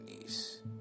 niece